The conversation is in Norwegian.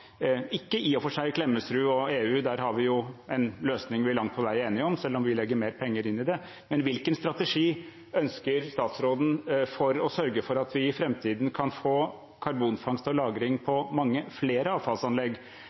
ikke i og for seg Klemetsrud og EU, der har vi jo en løsning vi langt på vei er enige om, selv om vi legger mer penger inn i det. Hvilken strategi ønsker statsråden for å sørge for at vi i framtiden kan få karbonfangst og -lagring på mange flere avfallsanlegg?